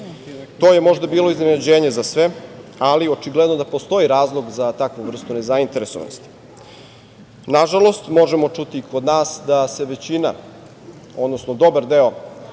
To je možda bilo iznenađenje za sve, ali očigledno da postoji razlog za takvu vrstu nezainteresovanosti. Nažalost, možemo čuti kod nas da se većina, odnosno dobar deo